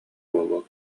буолуо